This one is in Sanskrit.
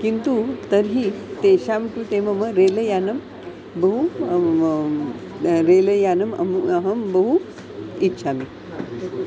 किन्तु तर्हि तेषां कृते मम रेलयानं बहु रेलयानम् अम् अहं बहु इच्छामि